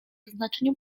znaczeniu